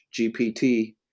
GPT